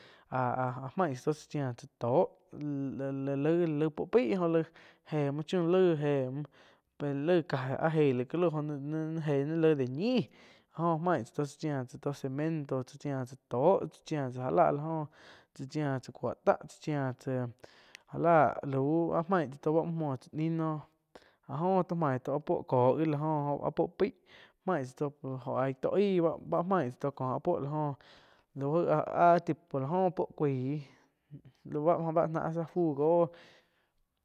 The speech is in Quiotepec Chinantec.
Ah-ah main tsáh toh cha chiá tsá tooh la-la laig puo paih oh, je muoh chiu laig, éh muoh pe laig caja áh eig lai ca lauh jóh ni eih ni laig lai ñih áh jo main tsá ti cha chíah tas to cemento tsá chia tsá tooh tsá chía tsá já la áh la joh. Tsá chiá tsá cuoh táh tsá chia tsá já láh áh main tsá to muo muoh tsá ñiu noh áh toó main áh puoh kó jo áh puo paih main tsá toh óh aig tó aí báh main tsá to kó puoh la góh lau áh-áh tipo lá joh puo cuaih la ba-ba náh áh záh fu go.